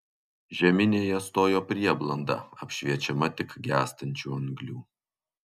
žeminėje stojo prieblanda apšviečiama tik gęstančių anglių